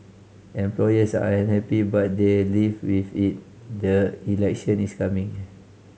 employers are unhappy but they live with it the election is coming